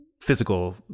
physical